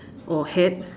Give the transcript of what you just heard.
or hat